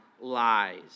lies